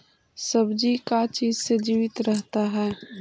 सब्जी का चीज से जीवित रहता है?